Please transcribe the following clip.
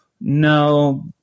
no